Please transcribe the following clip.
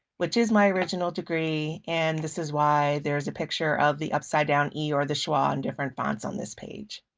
which is my original degree, and this is why there is a picture of the upside down e or the schwa in different fonts on this page.